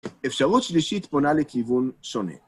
אפשרות שלישית פונה לכיוון שונה.